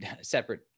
separate